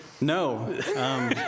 No